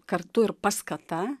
kartu ir paskata